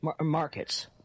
markets